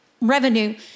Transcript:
revenue